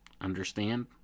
understand